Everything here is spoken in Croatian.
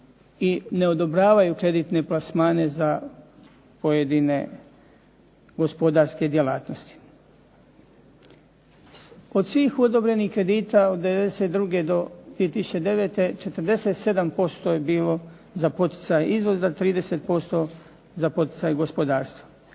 i ne odobravaju kreditne plasmane za pojedine gospodarske djelatnosti. Kod svih odobrenih kredita od '92. do 2009. 47% je bilo za poticaj izvoza, 30% za poticaj gospodarstva,